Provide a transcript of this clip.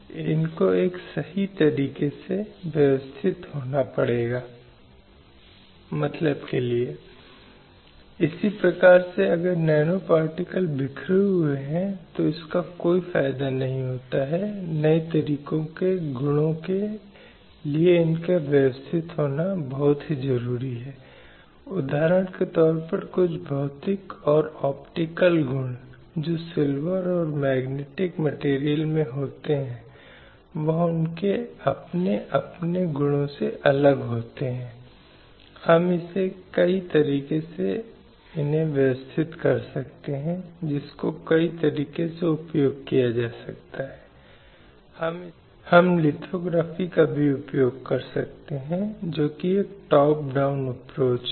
इसलिए राष्ट्र राज्यों का दायित्व इस तरह की रिपोर्ट तैयार करना है और यह है कि उन रिपोर्टों को राज्य स्तर पर उठाए गए उचित कदमों को सुनिश्चित करना चाहिए जिनके बाद वे रिपोर्ट के आधार पर अंतरराष्ट्रीय स्तर पर रिपोर्ट किए गए हैं और उसके बाद विभिन्न सिफारिशें और विभिन्न हैं ऐसे सुझाव जो अंतर्राष्ट्रीय निकाय द्वारा किए जाते हैं जिनके लिए राज्य पार्टी को उचित कदम उठाने चाहिए लेकिन अंतरराष्ट्रीय दायित्व का एक हिस्सा होने के नाते उस प्रभाव के लिए कोई प्रवर्तन तंत्र नहीं है